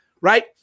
Right